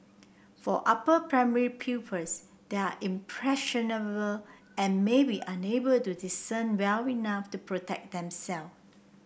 for upper primary pupils they are impressionable and may be unable to discern well enough to protect themselves